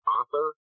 Author